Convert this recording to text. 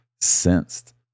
sensed